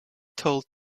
told